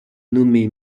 nommé